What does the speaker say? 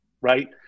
right